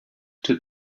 took